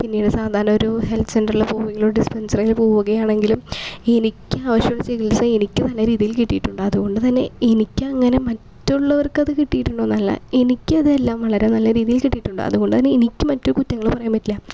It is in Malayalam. പിന്നീട് സാധരണ ഒരു ഹെൽത്ത് സെൻ്ററിൽ പോവോങ്കിലോ ഡിസ്പെൻസറിൽ പോവുകയാണെങ്കിലും എനിക്ക് ആവിശ്യമുള്ള ചികിത്സ എനിക്ക് നല്ല രീതിയിൽ കിട്ടിട്ടുണ്ട് അതോണ്ട് തന്നെ എനിക്ക് അങ്ങനെ മറ്റുള്ളോർക്ക് അത് കിട്ടിട്ടുണ്ടോന്നല്ല എനിക്ക് അത് എല്ലാം വളരെ നല്ല രീതിയിൽ കിട്ടിട്ടുണ്ട് അതുകൊണ്ടു തന്നെ എനിക്ക് മറ്റു കുറ്റങ്ങൾ പറയാൻ പറ്റില്ല